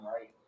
right